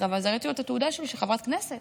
אז הראיתי לו את התעודה שלי של חברת כנסת